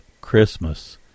christmas